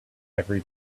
every